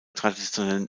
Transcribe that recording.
traditionellen